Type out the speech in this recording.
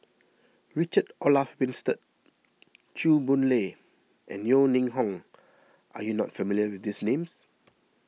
Richard Olaf Winstedt Chew Boon Lay and Yeo Ning Hong are you not familiar with these names